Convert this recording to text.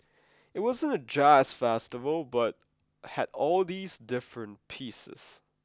it wasn't a jazz festival but had all these different pieces